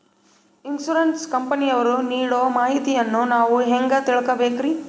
Insurance ಕಂಪನಿಯವರು ನೀಡೋ ಮಾಹಿತಿಯನ್ನು ನಾವು ಹೆಂಗಾ ತಿಳಿಬೇಕ್ರಿ?